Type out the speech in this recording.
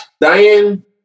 Diane